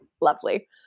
lovely